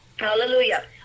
Hallelujah